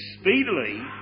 speedily